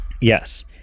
Yes